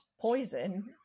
poison